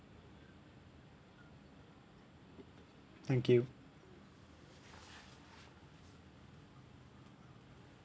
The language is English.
thank you